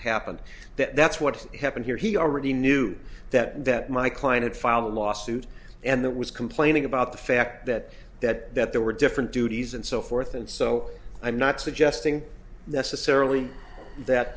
happened that that's what happened here he already knew that and that my client had filed a lawsuit and that was complaining about the fact that that that there were different duties and so forth and so i'm not suggesting necessarily that